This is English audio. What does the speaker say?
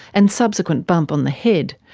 and subsequent bump on the head,